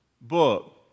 book